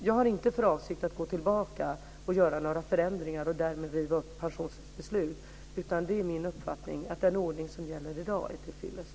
Jag har inte för avsikt att gå tillbaka och göra några förändringar och därmed riva upp pensionsbeslut, utan det är min uppfattning att den ordning som gäller i dag är tillfyllest.